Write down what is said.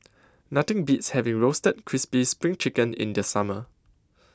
Nothing Beats having Roasted Crispy SPRING Chicken in The Summer